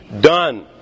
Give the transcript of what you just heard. done